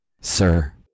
Sir